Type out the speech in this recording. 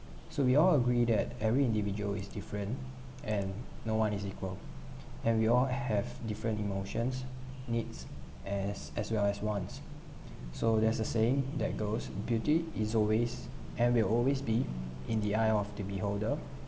so we all agree that every individual is different and no one is equal and we all have different emotions needs as as well as wants so there's a saying that goes beauty is always and will always be in the eye of the beholder